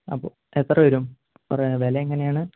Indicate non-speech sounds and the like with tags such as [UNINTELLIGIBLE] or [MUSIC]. അപ്പോൾ എത്ര വരും [UNINTELLIGIBLE] വില എങ്ങനെയാണ്